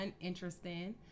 interesting